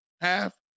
half